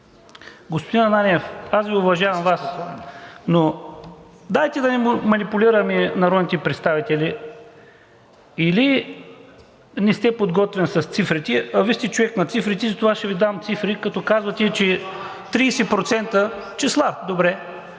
Господин Ананиев, аз Ви уважавам Вас, но дайте да не манипулираме народните представители или не сте подготвен с цифрите, а Вие сте човек на цифрите, затова ще Ви дам цифри. (Реплика от ГЕРБ-СДС: „Числа!“) Числа, добре.